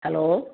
hello